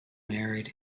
married